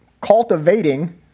cultivating